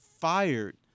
fired –